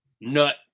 nut